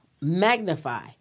Magnify